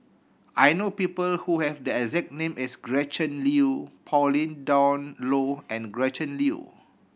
I know people who have the exact name as Gretchen Liu Pauline Dawn Loh and Gretchen Liu